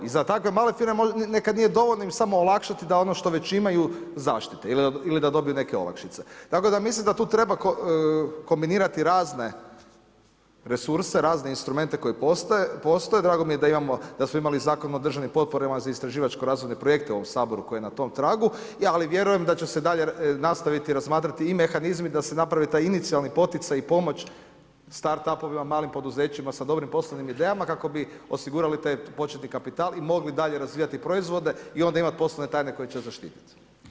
I za takve male firme nekad nije dovoljno im samo olakšati da ono što već imaju zaštite ili da dobiju neke olakšice, tako da mislim da tu treba kombinirati razne resurse, razne instrumente koji postoje, drago mi je da smo imali Zakon o državnim potporama za istraživačko-razvojne projekte u ovom Saboru koji je na tom tragu ali vjerujem da će se dalje nastaviti razmatrati i mehanizmi da se napravi taj inicijalni poticaj i pomoć start up-ovima, malim poduzećima sa dobrim poslovnim idejama kako bi osigurali taj početni kapital i mogli dalje razvijati proizvode i onda imati poslovne tajne koje će ih zaštititi.